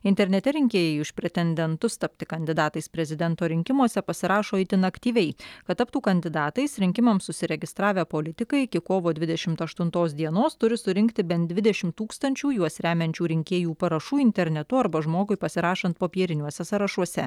internete rinkėjai už pretendentus tapti kandidatais prezidento rinkimuose pasirašo itin aktyviai kad taptų kandidatais rinkimams užsiregistravę politikai iki kovo dvidešimt aštuntos dienos turi surinkti bent dvidešimt tūkstančių juos remiančių rinkėjų parašų internetu arba žmogui pasirašant popieriniuose sąrašuose